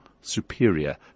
superior